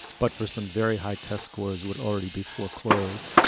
but for some, very high test scores would already be foreclosed.